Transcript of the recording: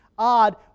odd